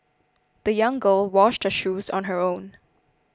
the young girl washed her shoes on her own